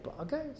okay